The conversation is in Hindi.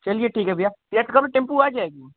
चलिए ठीक हे भैया टेमपु आ जाएगी